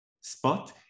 spot